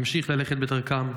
נמשיך ללכת בדרכם.